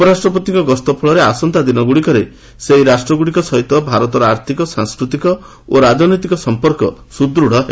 ଉପରାଷ୍ଟ୍ରପତିଙ୍କ ଗସ୍ତ ଫଳରେ ଆସନ୍ତା ଦିନଗୁଡ଼ିକରେ ସେହି ରାଷ୍ଟ୍ରଗୁଡ଼ିକ ସହିତ ଭାରତର ଆର୍ଥକ ସାଂସ୍କୃତିକ ଓ ରାଜନୈତିକ ସଂପର୍କ ସୁଦୃତ୍ ହେବ